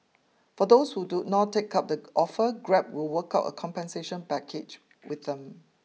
for those who do not take up the offer Grab will work out a compensation package with them